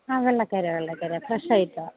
ആ വെള്ള കേര വെള്ള കേര ഫ്രെഷ് ഐറ്റമാണ്